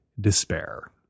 despair